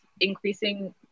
increasing